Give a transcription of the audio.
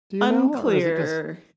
Unclear